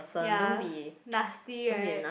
ya nasty right